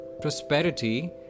prosperity